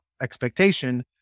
expectation